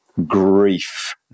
grief